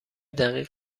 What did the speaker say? دقیق